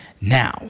now